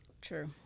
true